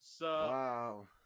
Wow